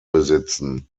besitzen